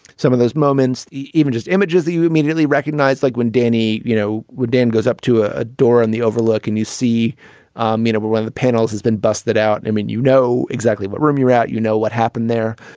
some of those moments even just images that you immediately recognized like when danny you know dan goes up to a door and the overlook and you see um you know but when the panels has been busted out. i mean you know exactly what room you're out you know what happened there.